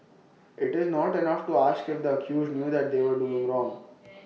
IT is not enough to ask if the accused knew that they were doing wrong